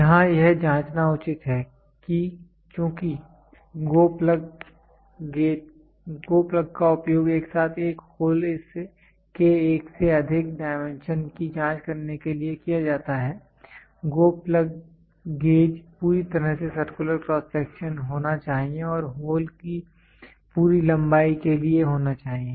यहां यह जाँचना उचित है कि चूंकि GO प्लग का उपयोग एक साथ एक होल के एक से अधिक डायमेंशन की जांच करने के लिए किया जाता है GO प्लग गेज पूरी तरह से सर्कुलर क्रॉस सेक्शन होना चाहिए और होल की पूरी लंबाई के लिए होना चाहिए